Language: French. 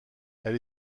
elle